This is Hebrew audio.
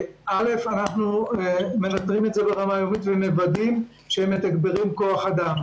אנחנו מנטרים את זה ברמה יומית ומוודאים שהם מתגברים כוח אדם.